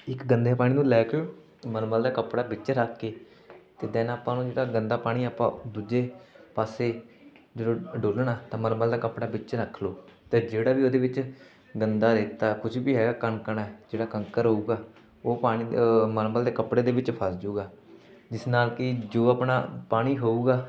ਇੱਕ ਗੰਦੇ ਪਾਣੀ ਨੂੰ ਲੈ ਕੇ ਮਲਮਲ ਦਾ ਕੱਪੜਾ ਵਿੱਚ ਰੱਖ ਕੇ ਅਤੇ ਦੈਂਨ ਆਪਾਂ ਨੂੰ ਜਿਹੜਾ ਗੰਦਾ ਪਾਣੀ ਹੈ ਆਪਾਂ ਦੂਜੇ ਪਾਸੇ ਜਦੋਂ ਡੋਲ੍ਹਣਾ ਤਾਂ ਮਲਮਲ ਦਾ ਕੱਪੜਾ ਵਿੱਚ ਰੱਖ ਲਉ ਤਾਂ ਜਿਹੜਾ ਵੀ ਉਹਦੇ ਵਿੱਚ ਗੰਦਾ ਰੇਤਾ ਕੁਛ ਵੀ ਹੈਗਾ ਕਣਕਣ ਹੈ ਜਿਹੜਾ ਕੰਕਰ ਹੋਊਗਾ ਉਹ ਪਾਣੀ ਮਲਮਲ ਦੇ ਕੱਪੜੇ ਦੇ ਵਿੱਚ ਫਸ ਜੂਗਾ ਜਿਸ ਨਾਲ ਕਿ ਜੋ ਆਪਣਾ ਪਾਣੀ ਹੋਊਗਾ